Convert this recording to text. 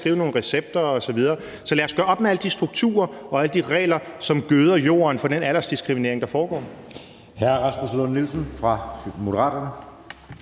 skrive nogle recepter osv. Så lad os gøre op med alle de strukturer og alle de regler, som gøder jorden for den aldersdiskriminering, der foregår.